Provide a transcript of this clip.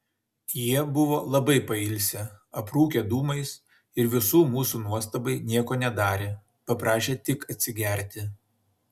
jie buvo labai pailsę aprūkę dūmais ir visų mūsų nuostabai nieko nedarė paprašė tik atsigerti